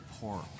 pork